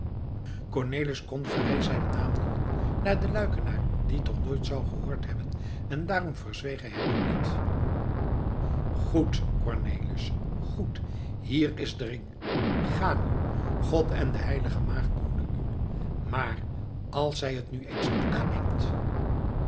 cornelis kon vrij zijnen naam noemen daar de luikenaar dien toch nooit zou gehoord hebben en daarom verzweeg hij hem ook niet goed cornelis goed hier is de ring ga nu god en de heilige maagd behoeden u maar als zij het nu niet eens aanneemt